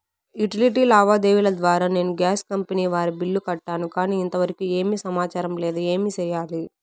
Utility లావాదేవీల ద్వారా నేను గ్యాస్ కంపెని వారి బిల్లు కట్టాను కానీ ఇంతవరకు ఏమి సమాచారం లేదు, ఏమి సెయ్యాలి?